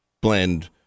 blend